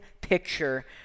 picture